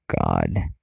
God